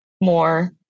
more